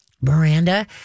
Miranda